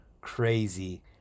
crazy